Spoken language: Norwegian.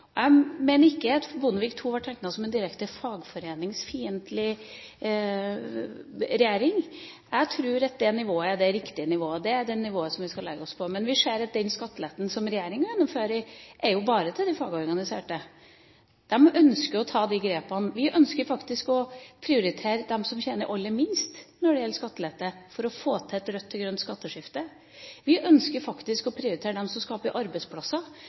etterpå. Jeg mener ikke at Bondevik II ble regnet for å være en direkte fagforeningsfiendtlig regjering. Jeg tror det nivået er det riktige nivået. Det er det nivået vi skal legge oss på. Men vi ser at den skatteletten som regjeringa gjennomfører, bare er til de fagorganiserte. De ønsker å ta disse grepene. Vi ønsker faktisk å prioritere å gi skattelette til dem som tjener aller minst, og få til et rødt og grønt skatteskifte. Vi ønsker faktisk å prioritere de som skaper arbeidsplasser,